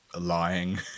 lying